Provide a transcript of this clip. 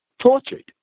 tortured